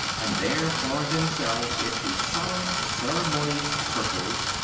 and there form themselves into solemn, ceremonious circles,